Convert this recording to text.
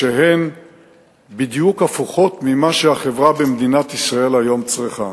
שהן בדיוק הפוכות ממה שהחברה במדינת ישראל היום צריכה.